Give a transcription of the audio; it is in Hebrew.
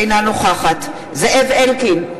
אינה נוכחת זאב אלקין,